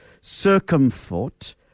Circumfort